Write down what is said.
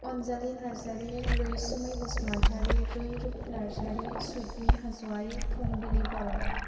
अनजालि नार्जारि रैसुमै बसुमतारि रैरुप नार्जारि स्विदमि हाज'वारि फुंबिलि बर'